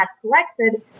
collected